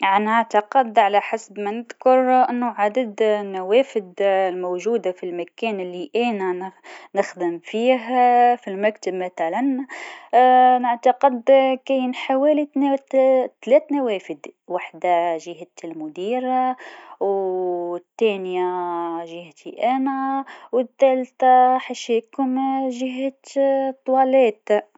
في المكان اللي نعيش فيه، عندي أربعة نوافذ. النوافذ مهمة لأنها تدخل الضوء الطبيعي وتخلي الجو مريح. نحب نفتحها في الصباح وندخل نسيم الهواء.